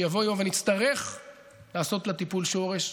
שיבוא יום ונצטרך לעשות לה טיפול שורש,